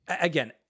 again